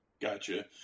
gotcha